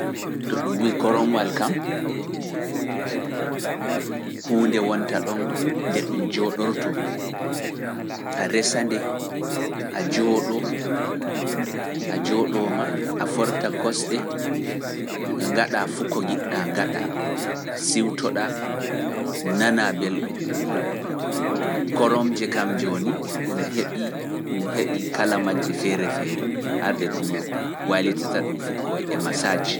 To ɗum wuyi koromwal kam, huunde wonta ɗon nde ɗum jooɗorto, resande, a jooɗo, a jooɗoma, a forta kosɗe, ngaɗa fukko ngiɗɗa ngaɗa, siwtoɗa, nana belɗum, koromje kam jooni ɗum heɓi ɗum heɓi kala majje feere feere, hara ɗum waalitata ɗum fukkoyi e masaji.